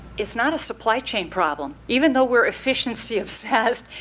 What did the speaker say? it's not a supply chain problem. even though we're efficiency obsessed,